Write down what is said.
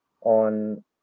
on